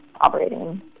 operating